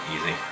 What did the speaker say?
easy